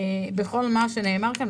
בכל מה שנאמר כאן.